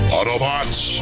Autobots